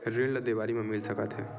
ऋण ला देवारी मा मिल सकत हे